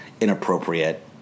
inappropriate